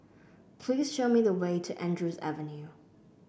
please show me the way to Andrews Avenue